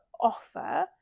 offer